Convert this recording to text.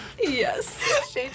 Yes